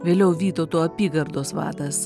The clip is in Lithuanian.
vėliau vytauto apygardos vadas